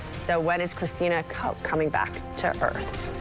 so when is christina koch coming back to earth.